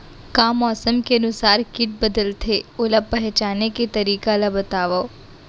का मौसम के अनुसार किट बदलथे, ओला पहिचाने के तरीका ला बतावव?